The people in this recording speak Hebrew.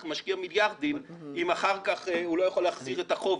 משקיע מיליארדים אם אחר כך הוא לא יכול להחזיר את החוב,